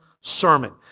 sermon